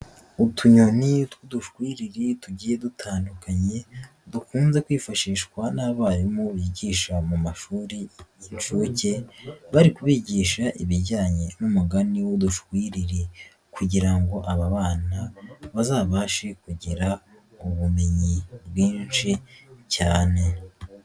Utunyoni tw'udushwiriri tugiye dutandukanye dukunze kwifashishwa n'abarimu bigisha mu mashuri y'inshuke bari kubigisha ibijyanye n'umugani w'udushwiriri kugira ngo aba bana bazabashe kugira ubumenyi bwinshi cyane.